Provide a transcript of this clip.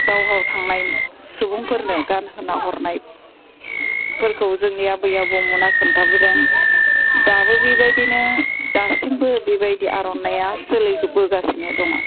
दावहायाव थांनाय सुबुंफोरनो गानहोना हरनायफोरखौ जोंनि आबै आबौमोना खोनथाबोदों दाबो बेबायदिनो दासिमबो बेबायदि आर'नाइया सोलिबोगासिनो दङ